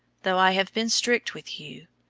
though i have been strict with you.